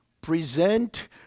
present